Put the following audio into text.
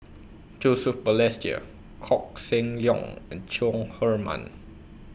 Joseph Balestier Koh Seng Leong and Chong Heman